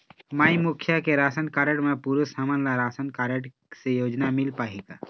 माई मुखिया के ration card म पुरुष हमन ला राशन कारड से योजना मिल पाही का?